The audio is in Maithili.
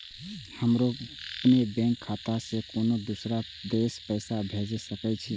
हमरो अपने बैंक खाता से केना दुसरा देश पैसा भेज सके छी?